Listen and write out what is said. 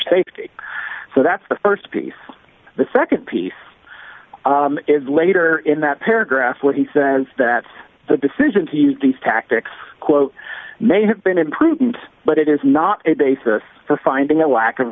safety so that's the st piece the nd piece is later in that paragraph where he says that the decision to use these tactics quote may have been imprudent but it is not a basis for finding a lack of